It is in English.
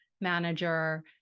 manager